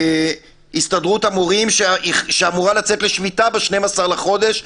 הסתדרות המורים שאמורה לצאת לשביתה ב-12 לחודש,